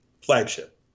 flagship